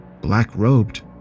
black-robed